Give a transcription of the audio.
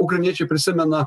ukrainiečiai prisimena